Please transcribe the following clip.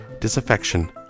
disaffection